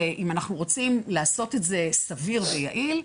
ואם אנחנו רוצים לעשות את זה סביר ויעיל,